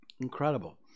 Incredible